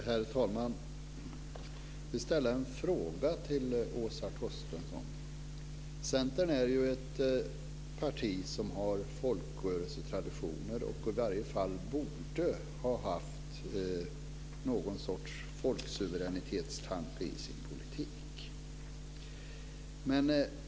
Herr talman! Jag vill ställa en fråga till Åsa Torstensson. Centern är ju ett parti som har folkrörelsetraditioner och som i varje fall borde ha haft någon sorts folksuveränitetstanke i sin politik.